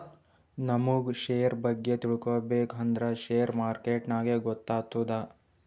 ನಮುಗ್ ಶೇರ್ ಬಗ್ಗೆ ತಿಳ್ಕೋಬೇಕು ಅಂದ್ರ ಶೇರ್ ಮಾರ್ಕೆಟ್ ನಾಗೆ ಗೊತ್ತಾತ್ತುದ